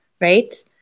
right